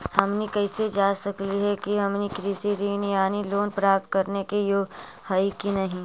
हमनी कैसे जांच सकली हे कि हमनी कृषि ऋण यानी लोन प्राप्त करने के योग्य हई कि नहीं?